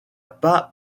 pas